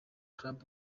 club